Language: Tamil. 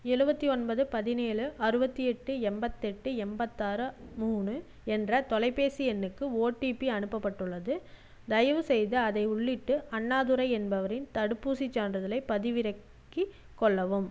எழுபத்தி ஒன்பது பதினேழு அறுபத்தி எட்டு எண்பத்தெட்டு எண்பத்தாறு மூணு என்ற தொலைபேசி எண்ணுக்கு ஓடிபி அனுப்பப்பட்டுள்ளது தயவுசெய்து அதை உள்ளிட்டு அண்ணாதுரை என்பவரின் தடுப்பூசிச் சான்றிதழைப் பதிவிறக்கி கொள்ளவும்